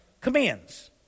Commands